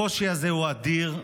הקושי הזה הוא אדיר.